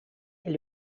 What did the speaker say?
est